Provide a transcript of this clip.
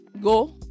go